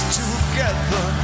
together